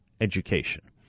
education